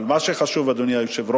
אבל מה שחשוב, אדוני היושב-ראש,